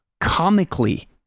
comically